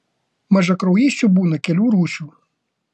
mažakraujysčių būna kelių rūšių